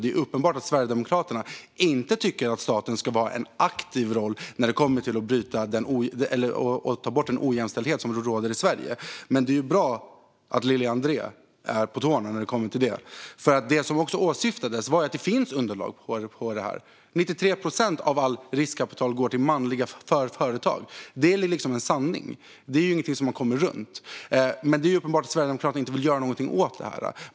Det är uppenbart att Sverigedemokraterna inte tycker att staten ska ha en aktiv roll när det kommer till att ta bort den ojämställdhet som råder i Sverige. Men det är bra att Lili André är på tårna, för det som också åsyftades var att det finns underlag när det gäller detta. 93 procent av allt riskkapital går till manliga företag. Det är en sanning. Det är ingenting som man kommer runt. Men det är uppenbart att Sverigedemokraterna inte vill göra något åt detta.